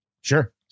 Sure